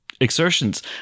exertions